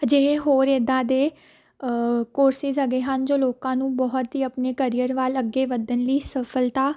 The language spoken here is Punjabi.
ਅਜਿਹੇ ਹੋਰ ਇੱਦਾਂ ਦੇ ਕੋਰਸਿਸ ਹੈਗੇ ਹਨ ਜੋ ਲੋਕਾਂ ਨੂੰ ਬਹੁਤ ਹੀ ਆਪਣੇ ਕਰੀਅਰ ਵੱਲ ਅੱਗੇ ਵੱਧਣ ਲਈ ਸਫ਼ਲਤਾ